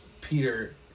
Peter